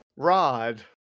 Rod